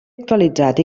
actualitzat